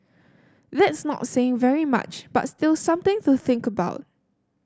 that's not saying very much but still something to think about